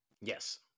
Yes